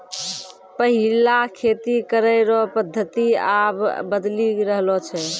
पैहिला खेती करै रो पद्धति आब बदली रहलो छै